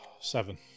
Seven